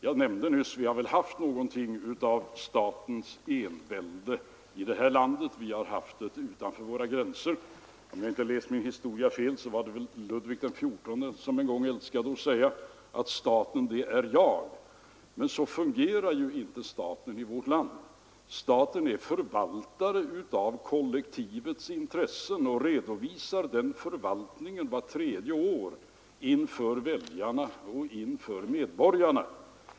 Jag nämnde nyss att vi väl haft någonting av statens envälde i det här landet. Man har också haft det utanför våra gränser. Om jag inte läst min historia fel så var det Ludvig XIV som älskade att säga: ”Staten, det är jag.” Men så fungerar ju inte staten i vårt land. Staten är förvaltare av kollektivets intressen och redovisar den förvaltningen vart tredje år inför väljarna, inför medborgarna.